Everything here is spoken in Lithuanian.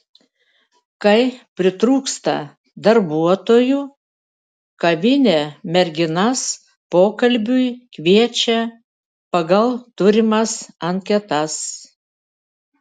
kai pritrūksta darbuotojų kavinė merginas pokalbiui kviečia pagal turimas anketas